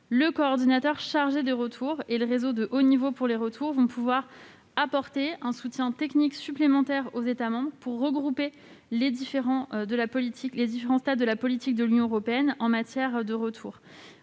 européenne chargé des retours et le réseau de haut niveau pour les retours pourront apporter un soutien technique supplémentaire aux États membres pour regrouper les différents stades de la politique de l'Union européenne en matière de retour.